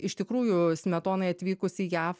iš tikrųjų smetonai atvykusi į jav